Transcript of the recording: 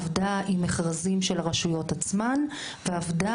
עבדה עם מכרזים של הרשויות עצמן ועבדה